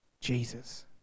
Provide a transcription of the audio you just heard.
Jesus